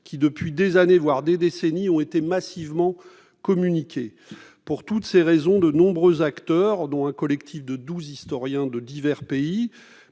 qui, depuis des années, voire des décennies, ont été massivement communiquées. Pour toutes ces raisons, de nombreux acteurs, dont un collectif de douze historiens de divers pays,